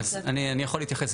אז אני יכול להתייחס.